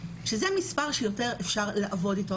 שזה מספר שיותר אפשר לעבוד איתו.